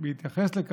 שים לב מה שאני אומר